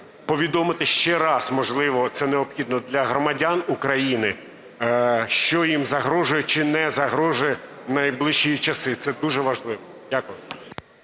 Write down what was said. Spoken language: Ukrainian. повідомити ще раз, можливо, це необхідно для громадян України, що їм загрожує чи не загрожує в найближчі часи? Це дуже важливо. Дякую.